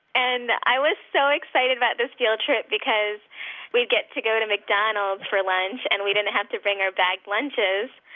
and i was so excited about this field trip because we'd get to go to mcdonald's for lunch and we didn't have to bring our bag lunches.